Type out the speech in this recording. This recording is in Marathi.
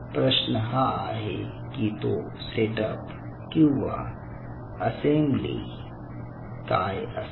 प्रश्न हा आहे की तो सेटअप किंवा असेम्ब्ली काय असते